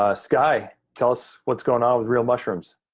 ah skye, tell us what's going on with real mushrooms?